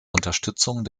unterstützung